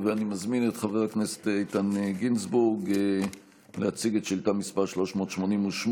ואני מזמין את חבר הכנסת איתן גינזבורג להציג את שאילתה מס' 388,